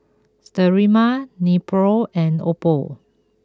Sterimar Nepro and Oppo